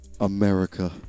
America